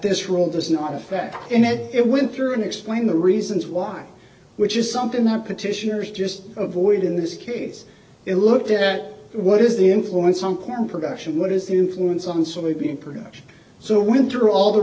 this role does not affect and that it went through and explained the reasons why which is something that petitioners just avoid in this case it looked at what is the influence on corn production what is the influence on somebody in production so winter all the